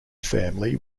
family